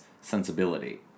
sensibility